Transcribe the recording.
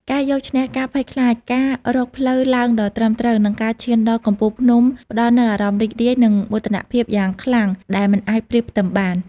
ការយកឈ្នះការភ័យខ្លាច ការរកផ្លូវឡើងដ៏ត្រឹមត្រូវ និងការឈានដល់កំពូលភ្នំផ្ដល់នូវអារម្មណ៍រីករាយ និងមោទនភាពយ៉ាងខ្លាំងដែលមិនអាចប្រៀបផ្ទឹមបាន។